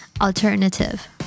Alternative